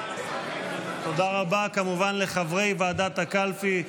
תודה רבה כמובן לחברי ועדת הקלפי,